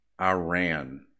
Iran